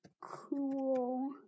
cool